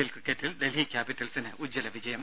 L ക്രിക്കറ്റിൽ ഡൽഹി ക്യാപിറ്റൽസിന് ഉജ്ജ്വല ജയം